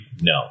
No